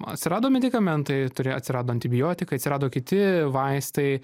atsirado medikamentai turė atsirado antibiotikai atsirado kiti vaistai